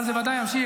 אבל זה ודאי ימשיך.